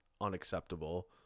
unacceptable